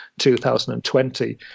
2020